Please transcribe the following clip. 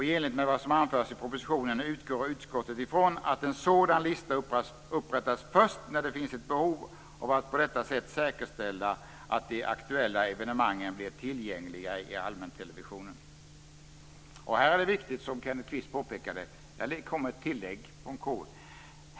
I enlighet med vad som anförs i propositionen utgår utskottet ifrån att en sådan lista upprättas först när det finns ett behov av att på detta sätt säkerställa att de aktuella evenemangen blir tillgängliga i allmäntelevisionen. Här har det kommit ett viktigt tillägg i KU, som Kenneth Kvist påpekade.